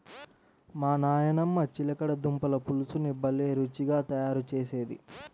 మా నాయనమ్మ చిలకడ దుంపల పులుసుని భలే రుచిగా తయారు చేసేది